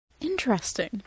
Interesting